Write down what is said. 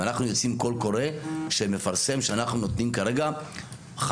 ואנחנו יוצאים עם קול קורא שמפרסם שאנחנו נותנים כרגע 500